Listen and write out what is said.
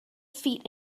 feet